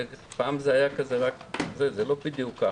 פעם זה היה כזה רק --- זה לא בדיוק כך.